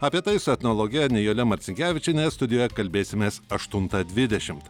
apie tai su etnologe nijole marcinkevičiene studijoje kalbėsimės aštuntą dvidešimt